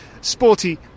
Sporty